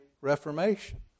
Reformation